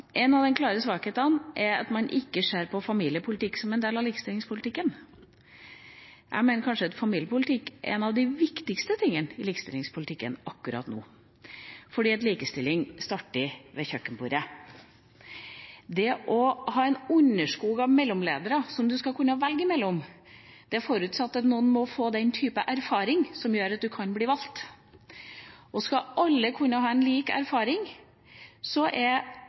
av de klare svakhetene er at man ikke ser på familiepolitikk som en del av likestillingspolitikken. Jeg mener at familiepolitikk kanskje er noe av det viktigste i likestillingspolitikken akkurat nå. For likestilling starter ved kjøkkenbordet. Det å ha en underskog av mellomledere som man skal kunne velge mellom, forutsetter at noen må få den type erfaring som gjør at de kan bli valgt. Og skal alle kunne ha en lik erfaring, er